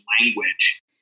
language